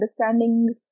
understanding